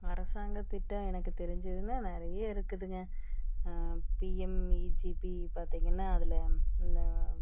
அரசாங்கம் திட்டம் எனக்கு தெரிஞ்சதுனா நிறைய இருக்குதுங்க பிஎம் இஜிபி பார்த்திங்கன்னா அதில் இந்த